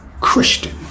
Christian